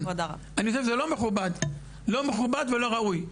אני חושב שזה לא מכובד ולא ראוי.